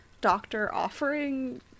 doctor-offering